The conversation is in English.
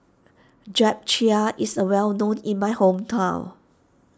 Japchae is a well known in my hometown